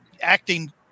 acting